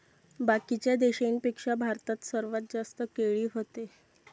बाकीच्या देशाइंपेक्षा भारतात सर्वात जास्त केळी व्हते